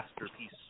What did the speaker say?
masterpiece